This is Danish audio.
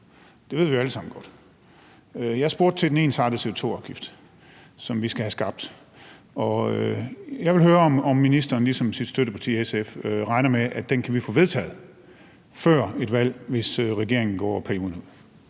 det ved vi jo alle sammen godt. Jeg spurgte til den ensartede CO2-afgift, som vi skal have lavet, og jeg vil høre, om ministeren ligesom sit støtteparti SF regner med, at den kan vi få vedtaget før et valg, hvis regeringen går perioden